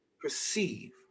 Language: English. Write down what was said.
perceive